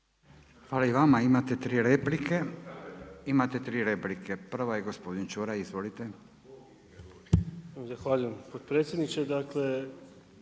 Hvala i vama. Imate dvije replike, prva je gospodin Jovanović.